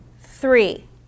three